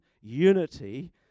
unity